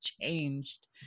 changed